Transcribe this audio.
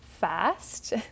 fast